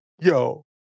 Yo